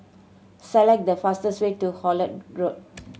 select the fastest way to Holt Road